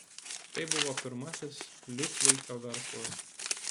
tai buvo pirmasis liucvaikio verslas